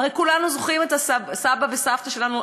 הרי כולנו זוכרים את הסבא והסבתא שלנו.